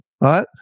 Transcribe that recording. right